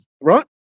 right